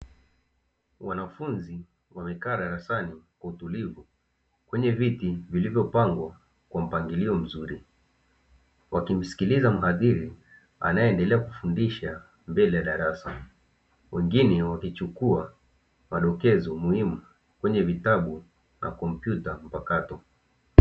Wanafunzi wamekaa darasani kwa utulivu, kwenye viti vilivyopangwa kwa mpangilio mzuri, wakimsikiliza mhadhiri anayeendelea kufundisha mbele ya darasa, wengine wakichukua madokezo muhimu kwenye vitabu na kompyuta mpakato.